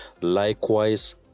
likewise